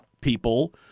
people